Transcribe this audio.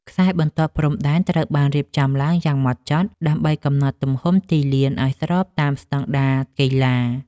ខ្សែបន្ទាត់ព្រំដែនត្រូវបានរៀបចំឡើងយ៉ាងហ្មត់ចត់ ដើម្បីកំណត់ទំហំទីលានឱ្យស្របតាមស្ដង់ដារកីឡា។